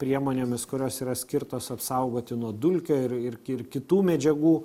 priemonėmis kurios yra skirtos apsaugoti nuo dulkių ir ir ir kitų medžiagų